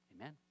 Amen